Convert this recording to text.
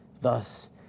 Thus